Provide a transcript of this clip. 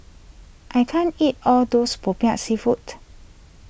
I can't eat all those Popiah Seafood